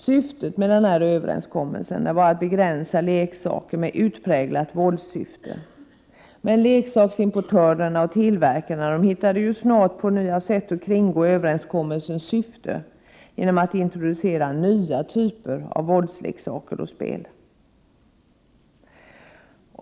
Syftet med överenskommelsen var att begränsa leksaker med utpräglat våldssyfte, men leksaksimportörerna och tillverkarna hittade snart på nya sätt att kringgå överens kommelsens syfte, genom att introducera nya typer av våldsleksaker och spel.